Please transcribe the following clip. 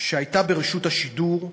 שהייתה ברשות השידור,